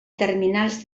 terminals